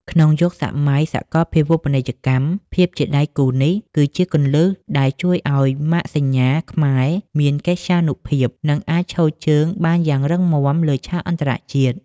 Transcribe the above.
ក្នុងយុគសម័យសកលភាវូបនីយកម្ម ភាពជាដៃគូនេះគឺជាគន្លឹះដែលជួយឱ្យម៉ាកសញ្ញាខ្មែរមានកិត្យានុភាព និងអាចឈរជើងបានយ៉ាងរឹងមាំលើឆាកអន្តរជាតិ។